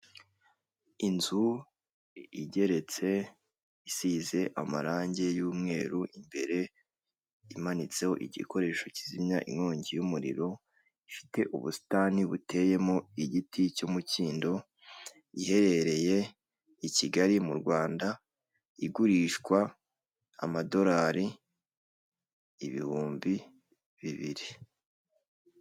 Inzu igeretse isize amarangi y'umweru imbere imanitseho igikoresho kizimya inkongi y'umuriro ifite ubusitani buteyemo igiti cy'umukindo iherereye i Kigali mu Rwanda igurishwa amadolari ibihumbi bibiri.